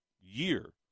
year